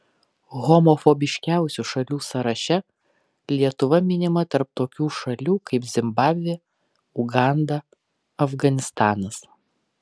homofobiškiausių šalių sąraše lietuva minima tarp tokių šalių kaip zimbabvė uganda afganistanas